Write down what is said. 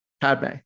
Padme